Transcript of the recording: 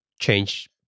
change